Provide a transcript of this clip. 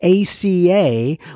ACA